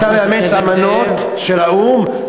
ואתה מאמץ אמנות של האו"ם,